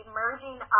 merging